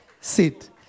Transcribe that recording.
Sit